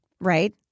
right